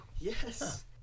Yes